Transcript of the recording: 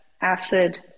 acid